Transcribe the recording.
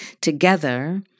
together